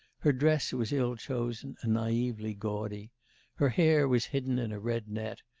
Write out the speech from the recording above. her dress was ill-chosen and naively gaudy her hair was hidden in a red net,